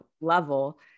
level